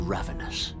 Ravenous